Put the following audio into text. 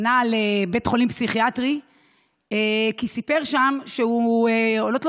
פנה לבית חולים פסיכיאטרי כי סיפר שם שעולות לו